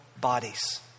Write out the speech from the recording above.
bodies